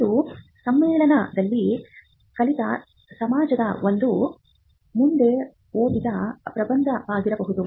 ಇದು ಸಮ್ಮೇಳನದಲ್ಲಿ ಕಲಿತ ಸಮಾಜದ ಮುಂದೆ ಓದಿದ ಪ್ರಬಂಧವಾಗಿರಬಹುದು